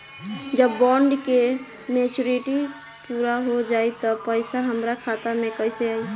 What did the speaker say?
जब बॉन्ड के मेचूरिटि पूरा हो जायी त पईसा हमरा खाता मे कैसे आई?